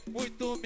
muito